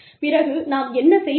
பிறகு நாம் என்ன செய்வது